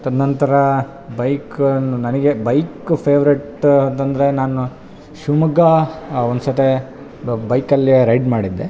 ತದನಂತರ ಬೈಕ್ನ್ನ ನನಗೆ ಬೈಕ್ ಫೆವ್ರೆಟ್ ಅಂತ ಅಂದರೆ ನಾನು ಶಿವಮೊಗ್ಗ ಒಂದು ಸತೆ ಬೈಕಲ್ಲಿ ರೈಡ್ ಮಾಡಿದ್ದೆ